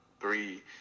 three